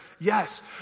Yes